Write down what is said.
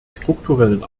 strukturellen